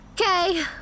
Okay